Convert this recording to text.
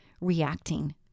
reacting